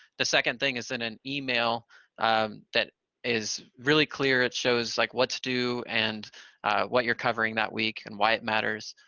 the second thing is send an email that is really clear. it shows like what to do, and what you're covering that week, and why it matters,